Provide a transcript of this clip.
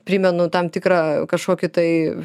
primenu tam tikra kažkokį tai